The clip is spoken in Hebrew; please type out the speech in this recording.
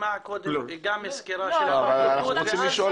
אז בואו ניקח שנייה